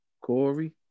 Corey